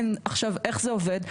אין, עכשיו איך זה עובד?